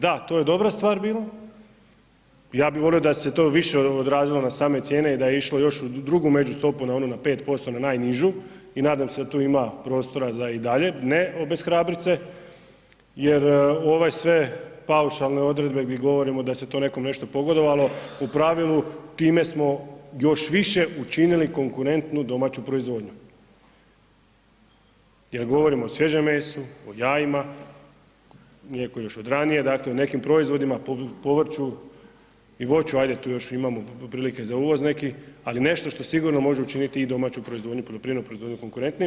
Da, to je dobra stvar bila, ja bih volio da se to više odrazilo na same cijene i da je išlo još u drugu međustopu na ono na 5% na najnižu i nadam se da tu ima prostora za i dalje ne obeshrabrit se jer ove sve paušalne odredbe gdje govorimo da se to nekom nešto pogodovalo u pravilu time smo još više učinili konkurentnu domaću proizvodnju jer govorimo o svježem mesu, o jajima, mlijeko još od ranije dakle o nekim proizvodima povrću i voću, ajde tu imamo prilike za uvoz neki, ali nešto što sigurno može učiniti i domaću proizvodnju poljoprivrednu proizvodnju konkurentnijim.